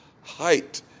height